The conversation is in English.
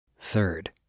Third